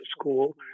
school